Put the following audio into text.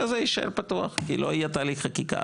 הזה יישאר פתוח כי לא יהיה תהליך חקיקה,